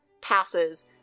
passes